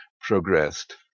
progressed